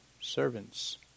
servants